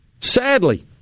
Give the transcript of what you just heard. sadly